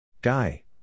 Guy